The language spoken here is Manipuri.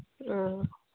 ꯑ